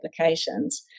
applications